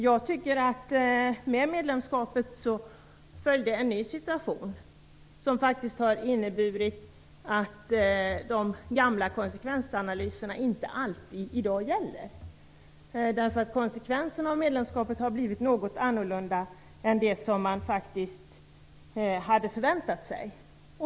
Jag tycker att det med medlemskapet följde en ny situation, som faktiskt har inneburit att de gamla konsekvensanalyserna inte alltid gäller. Konsekvensen av medlemskapet har blivit något annorlunda än vad man faktiskt hade förväntat sig.